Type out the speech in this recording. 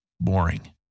Boring